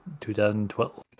2012